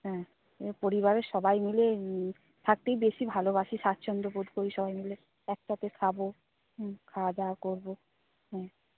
হ্যাঁ পরিবারের সবাই মিলে থাকতেই বেশি ভালোবাসি স্বাচ্ছন্দ্য বোধ করি সবাই মিলে একসাথে খাব হুম খাওয়া দাওয়া করব হুম